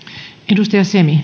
arvoisa